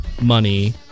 money